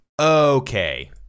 okay